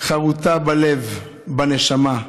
חרוטה בלב, בנשמה,